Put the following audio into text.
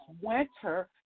winter